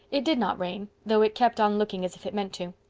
it did not rain, though it kept on looking as if it meant to.